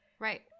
Right